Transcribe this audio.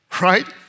right